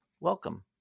welcome